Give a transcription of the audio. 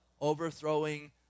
overthrowing